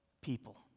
people